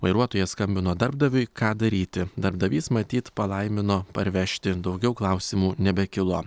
vairuotojas skambino darbdaviui ką daryti darbdavys matyt palaimino parvežti daugiau klausimų nebekilo